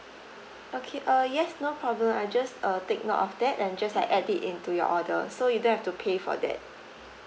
okay uh yes no problem I just uh take note of that and just like add it into your order so you don't have to pay for that